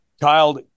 kyle